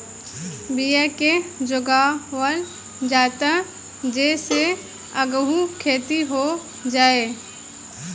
बिया के जोगावल जाता जे से आगहु खेती हो जाए